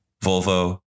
Volvo